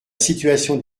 situation